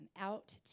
out